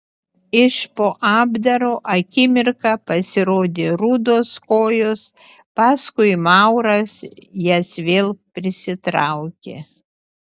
iš po apdaro akimirką pasirodė rudos kojos paskui mauras jas vėl prisitraukė